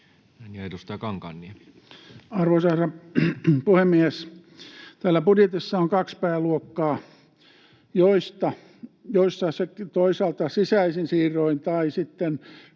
Arvoisa herra puhemies! Täällä budjetissa on kaksi pääluokkaa, joista toisaalta sisäisin siirroin tai sitten